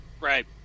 Right